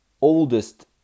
oldest